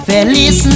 Feliz